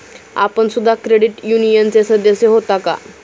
आपण सुद्धा क्रेडिट युनियनचे सदस्य होता का?